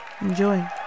Enjoy